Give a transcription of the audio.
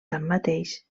tanmateix